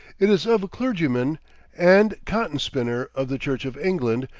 it is of a clergyman and cotton spinner of the church of england,